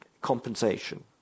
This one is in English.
compensation